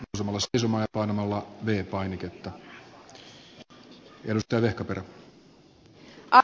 ja samalla se summa on nolla viisi arvoisa puhemies